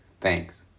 Thanks